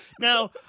now